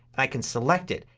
i can select it.